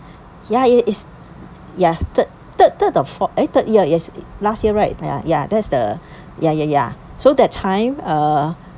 ya it is ya third third third or fourth eh third year yes last year right ya ya that's the yeah yeah yeah so that time uh